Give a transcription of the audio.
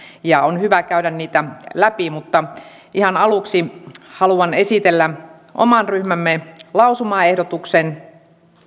ja on hyvä käydä niitä läpi ihan aluksi haluan esitellä oman ryhmämme lausumaehdotuksen